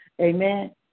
Amen